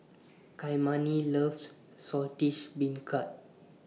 Kymani loves Saltish Beancurd